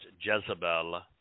Jezebel